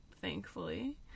thankfully